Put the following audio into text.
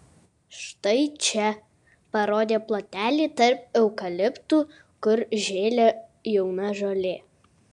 štai čia parodė plotelį tarp eukaliptų kur žėlė jauna žolė